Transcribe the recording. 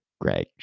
Greg